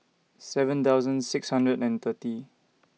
seven thousand six hundred and thirty